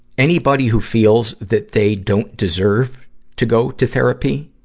anybody who feels that they don't deserve to go to therapy,